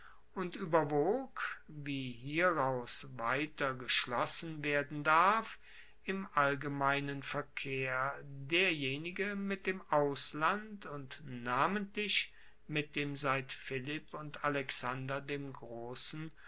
und ueberwog wie hieraus weiter geschlossen werden darf im allgemeinen verkehr derjenige mit dem ausland und namentlich mit dem seit philipp und alexander dem grossen